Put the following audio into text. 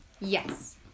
Yes